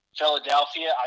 Philadelphia